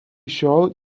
šiol